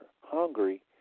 hungry